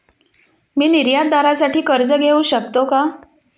मी निर्यातदारासाठी कर्ज घेऊ शकतो का?